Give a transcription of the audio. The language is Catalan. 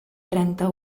trenta